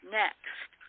next